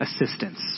Assistance